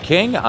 King